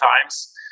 times